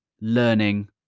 learning